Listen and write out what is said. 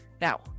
Now